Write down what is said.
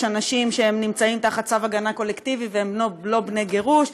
אנשים שנמצאים תחת צו הגנה קולקטיבי והם לא בני גירוש,